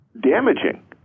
damaging